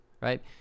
right